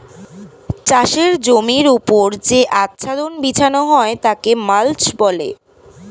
চাষের জমির ওপর যে আচ্ছাদন বিছানো হয় তাকে মাল্চ বলে